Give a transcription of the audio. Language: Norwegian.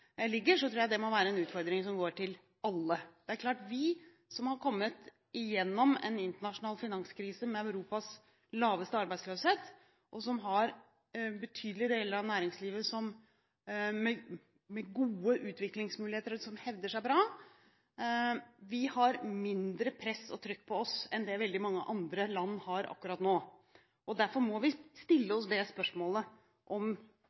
ligger, tror jeg det må være en utfordring som går til alle. Det er klart at vi som har kommet igjennom en internasjonal finanskrise med Europas laveste arbeidsløshet, som har betydelige deler av næringslivet med gode utviklingsmuligheter, og som hevder oss bra, har mindre press og trøkk på oss enn veldig mange andre land har akkurat nå. Derfor må vi stille oss spørsmålet om